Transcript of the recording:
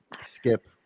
Skip